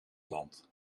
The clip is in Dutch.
land